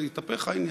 זה התהפך, העניין.